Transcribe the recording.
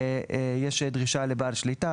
יש דרישה לבעל שליטה,